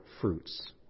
fruits